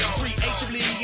creatively